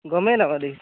গমেই নাপাওঁ